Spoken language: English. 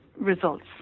results